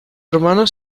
hermano